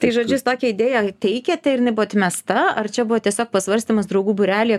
tai žodžius tokią idėją teikėte ir nebuvo atmesta ar čia buvo tiesiog pasvarstymas draugų būrely